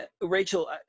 Rachel